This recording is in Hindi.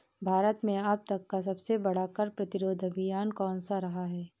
भारत में अब तक का सबसे बड़ा कर प्रतिरोध अभियान कौनसा रहा है?